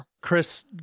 Chris